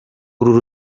uru